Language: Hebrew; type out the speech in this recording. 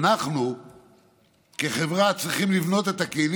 ואנחנו כחברה צריכים לבנות את הכלים